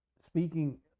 Speaking